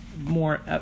more